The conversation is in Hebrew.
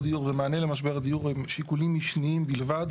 דיור ומענה למשבר הדיור הם שיקולים משניים בלבד.